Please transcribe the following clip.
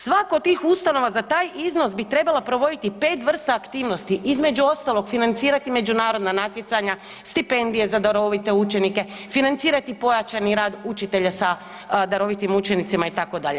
Svako od tih ustanova za taj iznos bi trebala provoditi pet vrsta aktivnosti, između ostalog financirati međunarodna natjecanja, stipendije za darovite učenike, financirati pojačani rad učitelja sa darovitim učenicima itd.